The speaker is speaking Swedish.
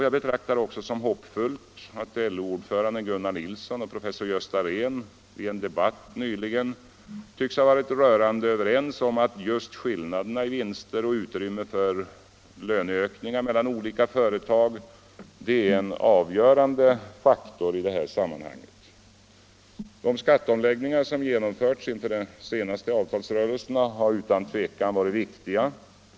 Jag betraktar det också som hoppfullt, att LO-ordföranden Gunnar Nilsson och professor Gösta Rehn i en debatt nyligen tycks ha varit rörande överens om att just skillnaderna i vinster och utrymme för löneökningar mellan olika företag är en avgörande faktor i det här sammanhanget. De skatteomläggningar som genomförts inför de senaste avtalsrörelserna har utan tvivel varit viktiga.